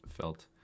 felt